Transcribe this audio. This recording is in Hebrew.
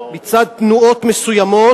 מצד תנועות מסוימות,